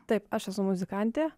taip aš esu muzikantė